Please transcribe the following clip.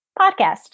podcast